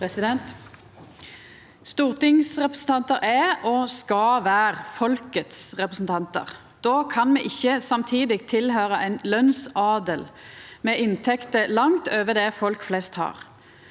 Stortingsrepresentantar er, og skal vera, folkets representantar. Då kan me ikkje samtidig tilhøyra ein lønsadel med inntekter langt over det folk flest har.